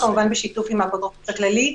כמובן בשיתוף עם האפוטרופוס הכללי.